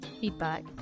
feedback